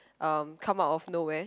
um come out of nowhere